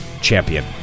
champion